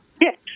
Yes